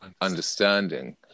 understanding